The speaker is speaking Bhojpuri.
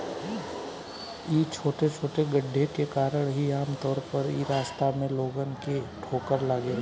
इ छोटे छोटे गड्ढे के कारण ही आमतौर पर इ रास्ता में लोगन के ठोकर लागेला